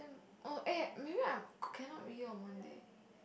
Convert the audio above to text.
oh eh maybe I could~ cannot meet you for dinner